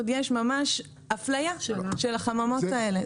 עוד יש אפליה של החממות האלה.